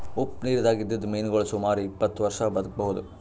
ಉಪ್ಪ್ ನಿರ್ದಾಗ್ ಇದ್ದಿದ್ದ್ ಮೀನಾಗೋಳ್ ಸುಮಾರ್ ಇಪ್ಪತ್ತ್ ವರ್ಷಾ ಬದ್ಕಬಹುದ್